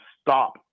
stop